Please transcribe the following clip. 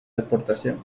deportación